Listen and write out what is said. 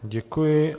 Děkuji.